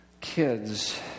kids